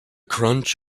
crunch